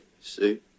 see